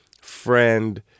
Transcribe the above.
friend